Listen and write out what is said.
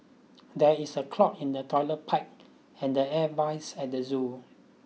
there is a clog in the toilet pipe and the air vines at the zoo